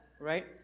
right